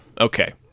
Okay